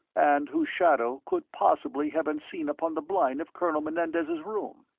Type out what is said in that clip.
and whose shadow could possibly have been seen upon the blind of colonel menendez's room.